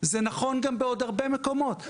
זה נכון גם בעוד הרבה מקומות.